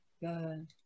Good